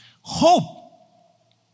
Hope